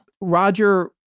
Roger